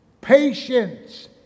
patience